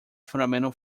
fundamental